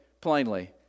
plainly